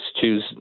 choose